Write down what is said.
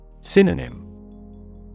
Synonym